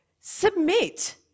Submit